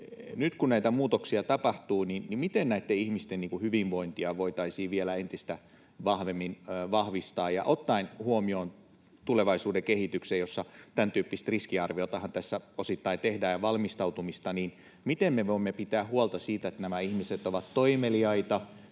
Nyt kun näitä muutoksia tapahtuu, miten näitten ihmisten hyvinvointia voitaisiin vielä entistä vahvemmin vahvistaa? Ottaen huomioon tulevaisuuden kehityksen, tämäntyyppistä riskiarviotahan ja valmistautumista tässä osittain tehdään, niin miten me voimme pitää huolta siitä, että nämä ihmiset ovat toimeliaita